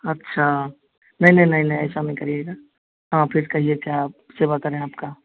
अच्छा नहीं नहीं नहीं नहीं ऐसा नहीं करिएगा हाँ फिर कहिए क्या आप सेवा करें आपका